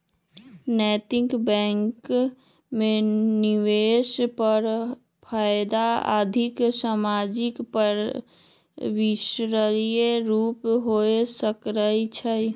नैतिक बैंकिंग में निवेश पर फयदा आर्थिक, सामाजिक, पर्यावरणीय रूपे हो सकइ छै